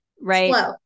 right